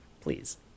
please